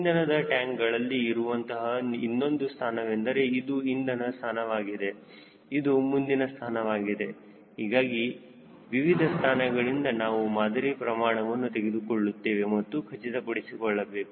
ಇಂಧನದ ಟ್ಯಾಂಕ್ಗಳಲ್ಲಿ ಇರುವಂತಹ ಇನ್ನೊಂದು ಸ್ಥಾನವೆಂದರೆ ಇದು ಇಂದಿನ ಸ್ಥಾನವಾಗಿದೆ ಇದು ಮುಂದಿನ ಸ್ಥಾನವಾಗಿದೆ ಹೀಗಾಗಿ ವಿವಿಧ ಸ್ಥಾನಗಳಿಂದ ನಾವು ಮಾದರಿ ಪ್ರಮಾಣವನ್ನು ತೆಗೆದುಕೊಳ್ಳುತ್ತೇವೆ ಎಂದು ಖಚಿತಪಡಿಸಬೇಕು